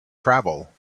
travel